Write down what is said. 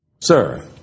Sir